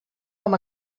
com